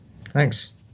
Thanks